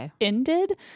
ended